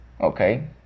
Okay